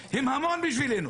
האלה הם המון בשבילנו.